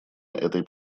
этой